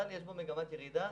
אבל יש בו מגמת ירידה.